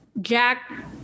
Jack